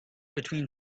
between